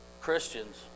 Christians